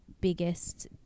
biggest